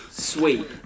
sweet